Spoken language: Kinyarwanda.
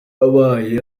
abaye